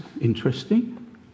interesting